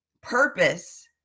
purpose